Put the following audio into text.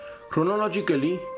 Chronologically